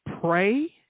Pray